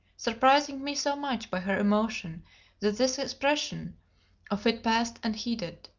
surprising me so much by her emotion that this expression of it passed unheeded.